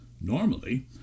Normally